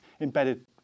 embedded